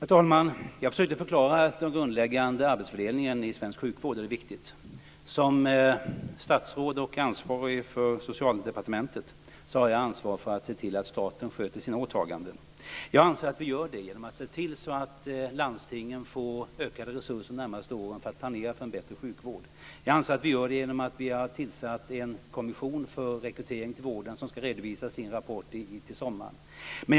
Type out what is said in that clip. Herr talman! Jag försökte förklara den grundläggande arbetsfördelningen i svensk sjukvård. Som statsråd och ansvarig för Socialdepartementet har jag ansvar för att se till att staten sköter sina åtaganden. Jag anser att vi gör det genom att se till att landstingen får ökade resurser de närmaste åren för att planera för en bättre sjukvård. Jag anser också att vi gör det genom att vi har tillsatt en kommission för rekrytering till vården, som skall redovisa sin rapport till sommaren.